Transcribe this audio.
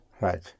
Right